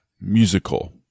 musical